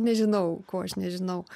nežinau ko aš nežinau